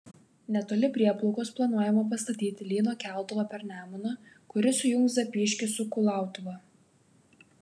netoli prieplaukos planuojama pastatyti lyno keltuvą per nemuną kuris sujungs zapyškį su kulautuva